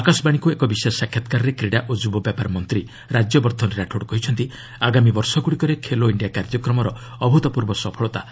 ଆକାଶବାଣୀକୁ ଏକ ବିଶେଷ ସାକ୍ଷାତକାରରେ କ୍ରୀଡ଼ା ଓ ଯୁବ ବ୍ୟାପାର ମନ୍ତ୍ରୀ ରାଜ୍ୟବର୍ଦ୍ଧନ ରାଠୋଡ୍ କହିଛନ୍ତି ଆଗାମୀ ବର୍ଷଗୁଡ଼ିକରେ ଖେଲୋ ଇଣ୍ଡିଆ କାର୍ଯ୍ୟକ୍ରମର ଅଭୁତପୂର୍ବ ଫଳାଫଳ ଦେଖିବାକୁ ମିଳିବ